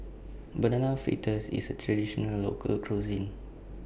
Banana Fritters IS A Traditional Local Cuisine